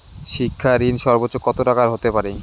শিক্ষা ঋণ সর্বোচ্চ কত টাকার হতে পারে?